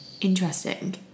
interesting